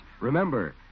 remember